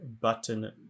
Button